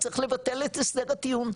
צריך לבטל את הסדר הטיעון,